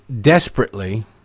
desperately